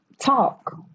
Talk